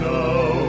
now